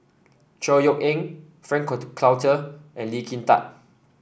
Chor Yeok Eng Frank Cloutier and Lee Kin Tat